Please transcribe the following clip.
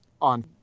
on